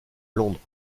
londres